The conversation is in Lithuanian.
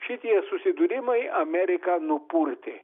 šitie susidūrimai ameriką nupurtė